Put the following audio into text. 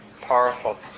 powerful